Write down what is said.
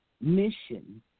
mission